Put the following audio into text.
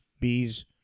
bees